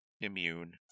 immune